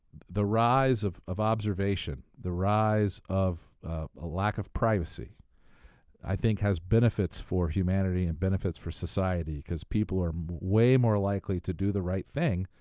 the rise of of observation, the rise of lack of privacy i think has benefits for humanity and benefits for society, because people are way more likely to do the right thing,